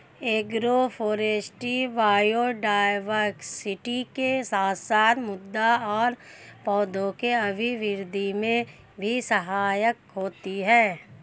agroforestry biodiversity के साथ साथ मृदा और पौधों के अभिवृद्धि में भी सहायक होती है